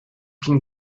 can